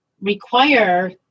require